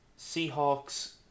Seahawks